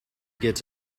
gets